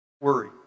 worry